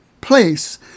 place